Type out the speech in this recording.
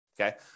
okay